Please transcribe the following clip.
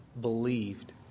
believed